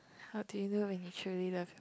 how do you know when you truly love